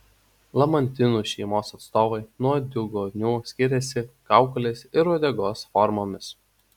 lamantinų šeimos atstovai nuo diugonių skiriasi kaukolės ir uodegos formomis